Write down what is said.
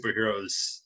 superheroes